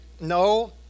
no